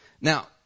Now